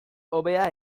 hobea